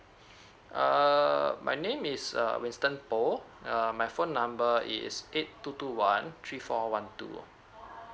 err my name is uh winston boh err my phone number is eight two two one three four one two